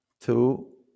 two